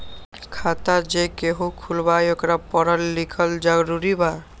खाता जे केहु खुलवाई ओकरा परल लिखल जरूरी वा?